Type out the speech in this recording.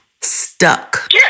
Stuck